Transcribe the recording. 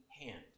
hand